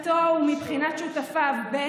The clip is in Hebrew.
מבחינתו ומבחינת השותפים של נתניהו, ביי ביי.